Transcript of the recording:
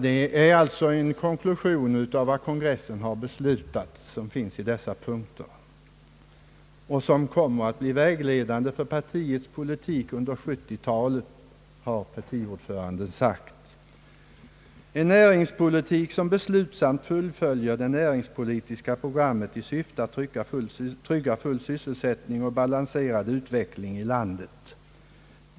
De utgör alltså en konklusion av vad kongressen har beslutat och kommer att bli vägledande för partiets politik under 1970-talet, har partiordföranden sagt: En näringspolitik som beslutsamt fullföljer det näringspolitiska programmet i syfte att trygga full sysselsättning och balanserad utveckling i landet.